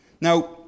Now